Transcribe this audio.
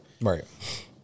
Right